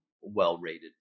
well-rated